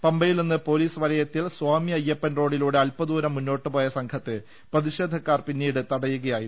പമ്പയിൽ നിന്ന് പൊലിസ് വലയത്തിൽ സ്വാമി അയ്യപ്പൻ റോഡിലൂടെ അൽപദൂരം മുന്നോട്ട് പോയ സംഘത്തെ പ്രതി ഷേധക്കാർ പിന്നീട് തടയുകയായിരുന്നു